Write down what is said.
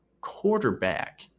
quarterback